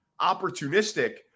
opportunistic